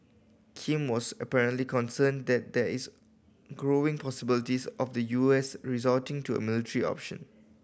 Kim was apparently concerned that there is growing possibilities of the U S resorting to a military option